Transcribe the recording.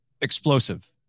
explosive